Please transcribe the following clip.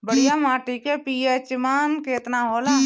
बढ़िया माटी के पी.एच मान केतना होला?